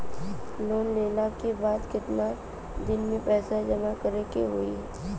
Loan लेले के बाद कितना दिन में पैसा जमा करे के होई?